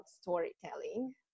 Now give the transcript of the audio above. storytelling